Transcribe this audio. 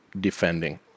defending